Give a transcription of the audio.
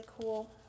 cool